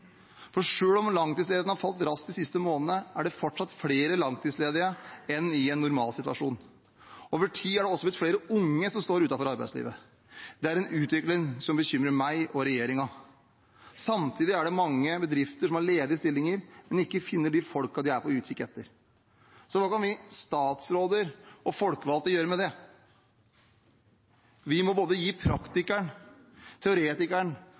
om langtidsledigheten har falt raskt de siste månedene, er det fortsatt flere langtidsledige enn i en normalsituasjon. Over tid har det også blitt flere unge som står utenfor arbeidslivet. Det er en utvikling som bekymrer meg og regjeringen. Samtidig er det mange bedrifter som har ledige stillinger, men som ikke finner de folkene de er på utkikk etter. Hva kan vi statsråder og folkevalgte gjøre med det? Vi må gi både praktikeren, teoretikeren